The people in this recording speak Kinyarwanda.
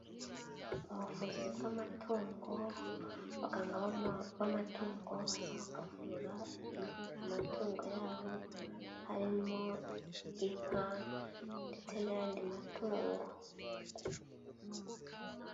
Ubuvuzi bw' amatungo, abaganga b'amatungo baza bakavura amatungo yabo, harimo inka ndetse n'ayandi matungo.